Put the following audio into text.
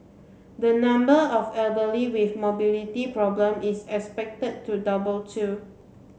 the number of elderly with mobility problem is expected to double too